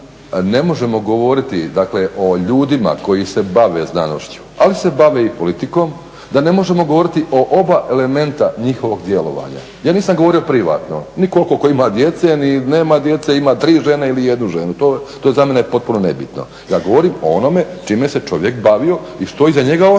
ne možemo govoriti dakle o ljudima koji se bave znanošću ali se bave i politikom da ne možemo govoriti o oba elementa njihovog djelovanja. Ja nisam govorio privatno ni koliko tko ima djece ni nema djece, ima tri žene ili jednu ženu. To je za mene potpuno nebitno. Ja govorim o onome čime se čovjek bavio i što iza njega